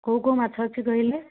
କେଉଁ କେଉଁ ମାଛ ଅଛି କହିଲେ